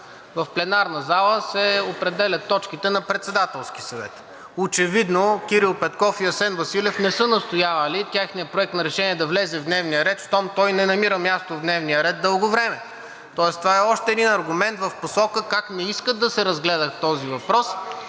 За пленарната зала точките се определят на Председателски съвет. Очевидно Кирил Петков и Асен Василев не са настоявали техният проект на решение да влезе в програмата, щом той не намира място в дневния ред дълго време. Тоест това е още един аргумент в посока как не искат да се разгледа този въпрос.